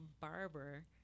barber